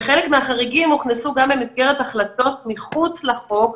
וחלק מהחריגים הוכנסו גם במסגרת החלטות מחוץ לחוק,